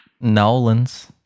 Nolan's